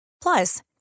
Plus